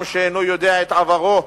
עם שאינו יודע את עברו,